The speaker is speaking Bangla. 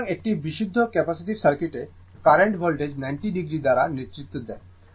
সুতরাং একটি বিশুদ্ধ ক্যাপাসিটিভ সার্কিটে কারেন্ট ভোল্টেজ 90o দ্বারা নেতৃত্ব দেয়